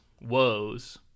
woes